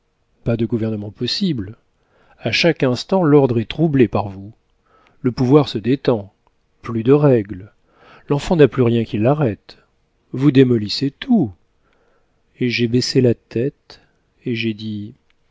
pas de gouvernement possible à chaque instant l'ordre est troublé par vous le pouvoir se détend plus de règle l'enfant n'a plus rien qui l'arrête vous démolissez tout et j'ai baissé la tête et j'ai dit